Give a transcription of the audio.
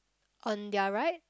on their right